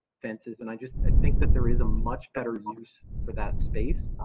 fences, and i just think that there is a much better use for that space